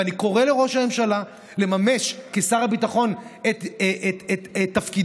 ואני קורא לראש הממשלה לממש כשר הביטחון את תפקידו